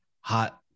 hot